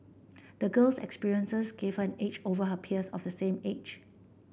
the girl's experiences gave her an edge over her peers of the same age